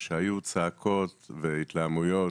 כשהיו צעקות והתלהמויות,